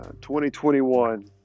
2021